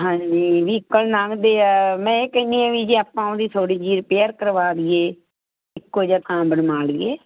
ਹਾਂਜੀ ਵੀਹਕਲ ਲੰਘਦੇ ਆ ਮੈਂ ਇਹ ਕਹਿੰਦੀ ਹਾਂ ਵੀ ਜੇ ਆਪਾਂ ਉਹਦੀ ਥੋੜ੍ਹੀ ਜਿਹੀ ਰਿਪੇਅਰ ਕਰਵਾ ਦਈਏ ਇੱਕੋ ਜਿਹਾ ਥਾਂ ਬਣਵਾ ਲਈਏ